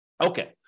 Okay